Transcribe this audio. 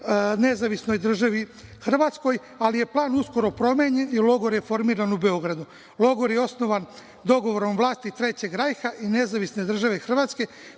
Nezavisnoj državni Hrvatskoj, ali je plan uskoro promenjen i logor je formiran u Beogradu. Logor je osnovan dogovorom vlasti Trećeg Rajha i Nezavisne države Hrvatske,